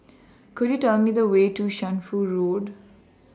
Could YOU Tell Me The Way to Shunfu Road